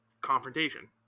confrontation